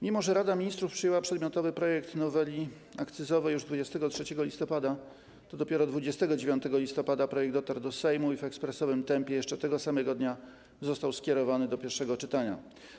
Mimo że Rada Ministrów przyjęła przedmiotowy projekt noweli akcyzowej już 23 listopada, to dopiero 29 listopada projekt dotarł do Sejmu i w ekspresowym tempie, jeszcze tego samego dnia został skierowany do pierwszego czytania.